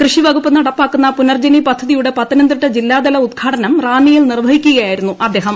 കൃഷി വകുപ്പു നടപ്പാക്കുന്ന പുനർജ്ജനി പദ്ധതിയുടെ പത്തനംതിട്ട ജില്ലാതല ഉത്ഘാടനം റാന്നിയിൽ നിർവഹിക്കുകയായിരുന്നു അദ്ദേഹം